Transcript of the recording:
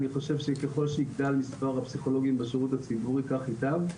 אני חושב שככל שיגדל מספר הפסיכולוגים בשירות הציבורי כך ייטב.